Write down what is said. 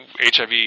HIV